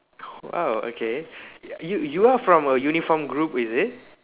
!wow! okay you you are from a uniform group is it